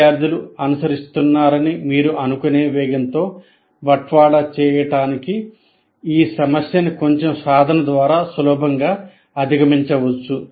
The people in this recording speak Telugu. విద్యార్థులు అనుసరిస్తున్నారని మీరు అనుకునే వేగంతో బట్వాడా చేయడానికి ఈ సమస్యను కొంచెం సాధన ద్వారా సులభంగా అధిగమించవచ్చు